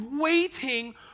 waiting